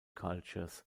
cultures